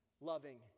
loving